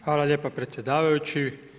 Hvala lijepa predsjedavajući.